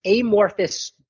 amorphous